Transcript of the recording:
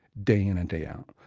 day in and day out.